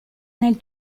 nel